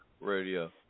Radio